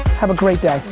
have a great day.